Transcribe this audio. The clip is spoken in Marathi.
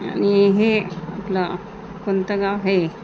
आणि हे आपलं कोणतं गाव हे